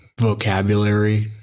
vocabulary